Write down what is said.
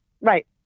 Right